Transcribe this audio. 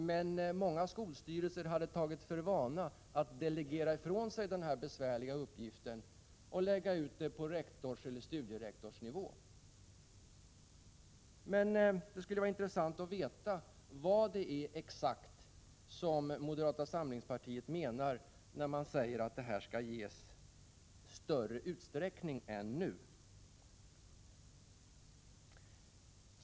Men många skolstyrelser hade tagit för vana att delegera ifrån sig denna besvärliga uppgift och hade lagt ut den på rektorseller studierektorsnivå. Det skulle vara intressant att få veta vad moderaterna menar när de säger att anpassad studiegång skall användas i större utsträckning än nu.